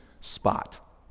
spot